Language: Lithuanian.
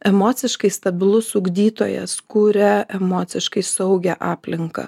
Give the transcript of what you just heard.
emociškai stabilus ugdytojas kuria emociškai saugią aplinką